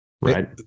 right